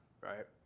right